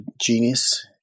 genius